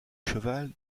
cheval